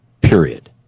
Period